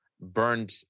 burned